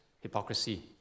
hypocrisy